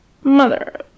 mother